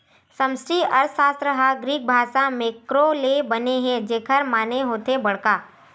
समस्टि अर्थसास्त्र ह ग्रीक भासा मेंक्रो ले बने हे जेखर माने होथे बड़का